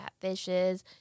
catfishes